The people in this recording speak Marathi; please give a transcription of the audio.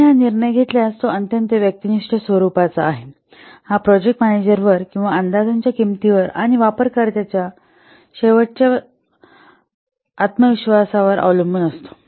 आणि हा निर्णय घेतल्यास तो अत्यंत व्यक्तिनिष्ठ स्वरूपाचा आहे हा प्रोजेक्ट मॅनेजरवर किंवा अंदाजाच्या किंमतीवर आणि वापरकर्त्यांवरील शेवटच्या वापरकर्त्याच्या आत्मविश्वासावर अवलंबून असतो